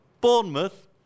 Bournemouth